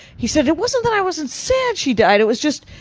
he said, it wasn't that i wasn't sad she died. it was just.